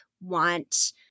want